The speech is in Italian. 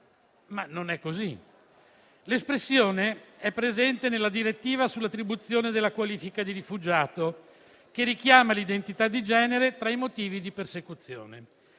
ma non è così. L'espressione è presente nella direttiva sull'attribuzione della qualifica di rifugiato, che richiama l'identità di genere tra i motivi di persecuzione;